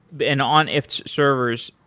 but and on ifttt's servers,